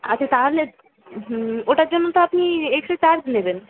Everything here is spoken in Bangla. আচ্ছা তাহলে ওটার জন্য তো আপনি এক্সট্রা চার্জ নেবেন